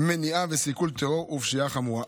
מניעה וסיכול טרור ופשיעה חמורה,